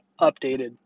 updated